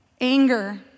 anger